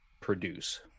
produce